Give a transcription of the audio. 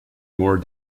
more